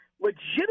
legitimately